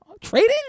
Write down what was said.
Trading